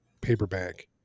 paperback